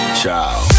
Ciao